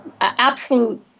absolute